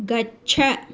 गच्छ